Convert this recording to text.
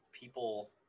people